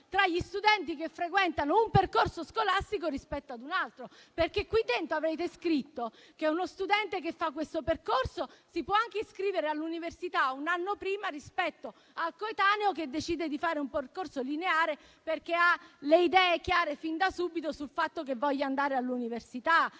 tra gli studenti che frequentano un percorso scolastico rispetto ad un altro. Nel provvedimento infatti avete scritto che uno studente che fa questo percorso si può anche iscrivere all'università un anno prima rispetto al coetaneo che decide di fare un percorso lineare perché ha le idee chiare fin da subito sul fatto che voglia andare all'università.